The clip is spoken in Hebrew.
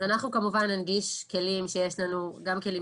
אז אנחנו כמובן ננגיש את הכלים שיש לנו גם כלים